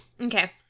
Okay